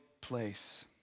place